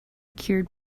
cured